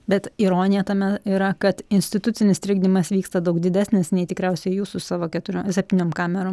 bet ironija tame yra kad institucinis trikdymas vyksta daug didesnis nei tikriausiai jūs su savo keturiom septyniom kamerom